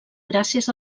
gràcies